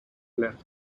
left